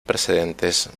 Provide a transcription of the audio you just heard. precedentes